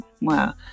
wow